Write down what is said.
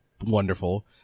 wonderful